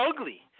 ugly